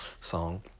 song